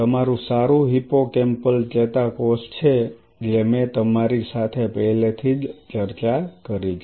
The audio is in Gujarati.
તમારું સારું હિપ્પોકેમ્પલ ચેતાકોષ છે જે મેં તમારી સાથે પહેલેથી જ ચર્ચા કરી છે